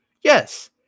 Yes